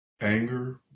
anger